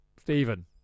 Stephen